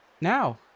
now